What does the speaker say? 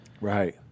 Right